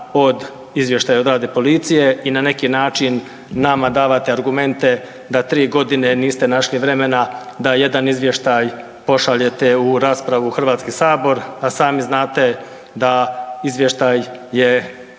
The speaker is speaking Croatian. od izvještaja o radu policije i na neki način nama davate argumente da 3 godine niste našli vremena da jedan izvještaj pošaljete u raspravu u Hrvatski sabor, a sami znate da izvještaj je